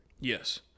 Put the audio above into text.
Yes